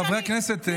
אני נלחמת, חברי הכנסת.